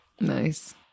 Nice